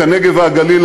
את הנגב והגליל,